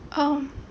um